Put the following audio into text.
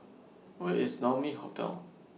Where IS Naumi Hotel